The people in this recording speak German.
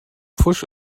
pfusch